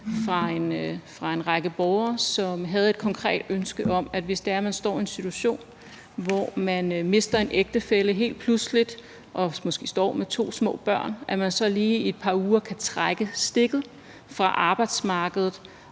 fra en række borgere, som havde et konkret ønske om, at man, hvis det er, man står i en situation, hvor man mister en ægtefælle helt pludseligt, og måske står med to små børn, så lige i et par uger kan trække stikket fra arbejdsmarkedet